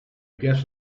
guess